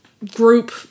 group